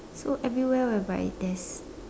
so everywhere whereby there's